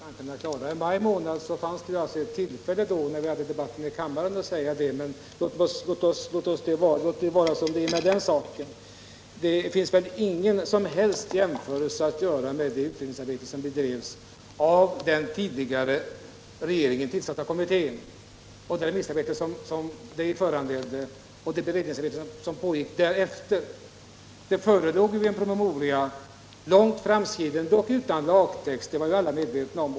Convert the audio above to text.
Herr talman! Det fanns ju tillfälle att lämna besked när vi debatterade i kammaren i maj månad. Men låt det vara som det är med den saken. Det finns ingen som helst jämförelse att göra med det utredningsarbete som bedrevs av den av den tidigare regeringen tillsatta kommittén, det remissarbete som detta föranledde och det beredningsarbete som pågick därefter. Det förelåg en långt framskriden promemoria men utan lagtext — det var alla medvetna om.